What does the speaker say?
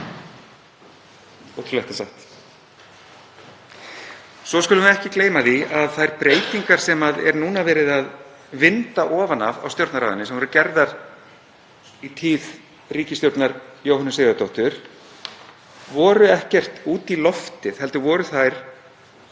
en satt. Svo skulum við ekki gleyma því að þær breytingar sem er núna verið að vinda ofan af í Stjórnarráðinu sem voru gerðar í tíð ríkisstjórnar Jóhönnu Sigurðardóttur voru ekkert út í loftið heldur voru þær